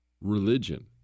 religion